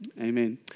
Amen